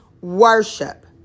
Worship